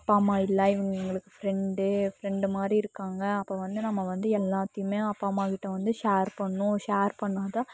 அப்பா அம்மா இல்லை இவங்க எங்களுக்கு ஃப்ரெண்டு ஃப்ரெண்டு மாதிரி இருக்காங்க அப்போது வந்து நம்ம வந்து எல்லாத்தையுமே அப்பா அம்மாகிட்ட வந்து ஷேர் பண்ணும் ஷேர் பண்ணாதான்